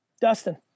Dustin